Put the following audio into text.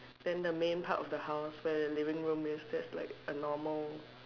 then the main part of the house where the living room is that's like a normal